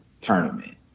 tournament